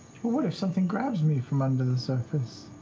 what if something grabs me from under the surface?